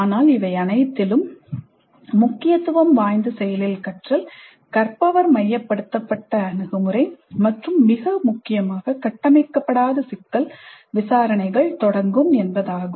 ஆனால் இவை அனைத்திலும் முக்கியத்துவம் வாய்ந்த செயலில் கற்றல் கற்பவர் மையப்படுத்தப்பட்ட அணுகுமுறை மற்றும் மிக முக்கியமாக கட்டமைக்கப்படாத சிக்கல் விசாரணைகள் தொடங்கும் என்பதாகும்